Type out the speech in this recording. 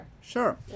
Sure